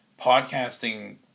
podcasting